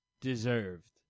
deserved